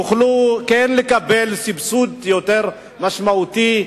והם יוכלו לקבל סבסוד יותר משמעותי,